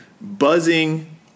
Buzzing